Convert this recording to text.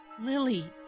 Lily